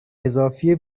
اضافی